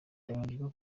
biteganyijwe